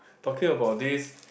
talking about this